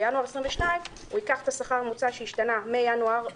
בינואר 2022 הוא ייקח את השכר הממוצע שהשתנה מינואר 2020,